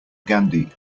gandhi